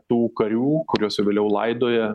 tų karių kuriuos vėliau laidoja